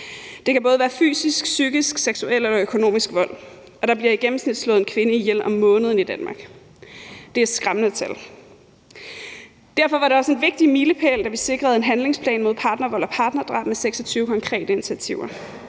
Det kan både være fysisk, psykisk, seksuel eller økonomisk vold, og der bliver i gennemsnit slået en kvinde ihjel om måneden i Danmark. Det er skræmmende tal. Derfor var det også en vigtig milepæl, da vi sikrede en handlingsplan mod partnervold og partnerdrab med 26 konkrete initiativer.